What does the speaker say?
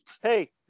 Hey